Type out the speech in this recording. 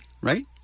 right